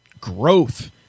growth